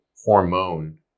hormone